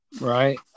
right